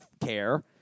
care